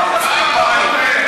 אתם ירדתם מהפסים לגמרי.